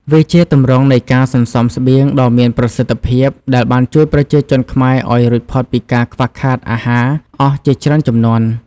វាជាទម្រង់នៃការសន្សំស្បៀងដ៏មានប្រសិទ្ធភាព ដែលបានជួយប្រជាជនខ្មែរឱ្យរួចផុតពីការខ្វះខាតអាហារអស់ជាច្រើនជំនាន់។